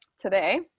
Today